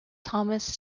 thomas